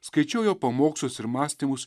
skaičiau jo pamokslus ir mąstymus